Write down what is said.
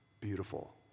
beautiful